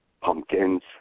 pumpkins